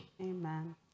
amen